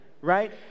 right